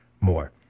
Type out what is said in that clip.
more